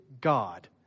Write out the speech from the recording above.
God